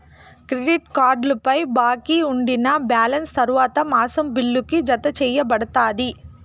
credit కార్డుపై బాకీ ఉండినా బాలెన్స్ తర్వాత మాసం బిల్లుకి, జతచేయబడతాది